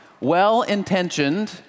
well-intentioned